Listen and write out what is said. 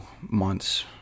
months